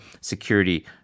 security